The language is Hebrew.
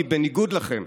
כי בניגוד לכם,